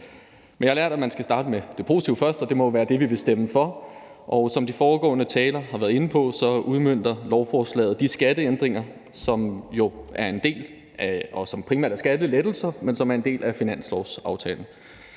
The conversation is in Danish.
Men jeg har lært, at man skal starte med det positive først, og det må være det, vi vil stemme for. Som de foregående talere har været inde på, udmønter lovforslaget de skatteændringer – primært skattelettelser – som jo er en del af finanslovsaftalen.